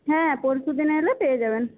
হ্যাঁ পরশুদিন এলে পেয়ে যাবেন